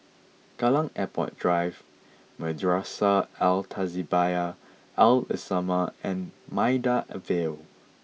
Kallang Airport Drive Madrasah Al Tahzibiah Al islamiah and Maida Vale